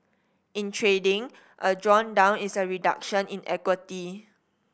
in trading a drawdown is a reduction in equity